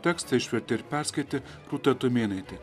tekstą išvertė ir perskaitė rūta tumėnaitė